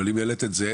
אבל אם העלית את זה,